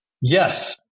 Yes